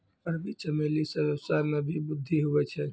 अरबी चमेली से वेवसाय मे भी वृद्धि हुवै छै